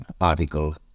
article